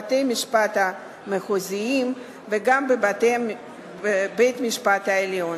בבתי-המשפט המחוזיים וגם בבית-המשפט העליון.